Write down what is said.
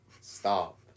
stop